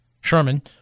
Sherman